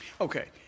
Okay